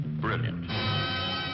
brilliant